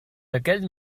aquell